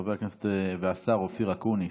חבר הכנסת והשר אופיר אקוניס,